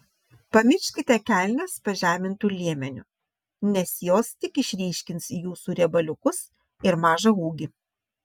pamirškite kelnes pažemintu liemeniu nes jos tik išryškins jūsų riebaliukus ir mažą ūgį